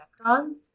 on